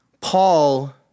Paul